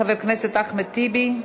בבקשה, חבר הכנסת אחמד טיבי.